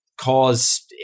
cause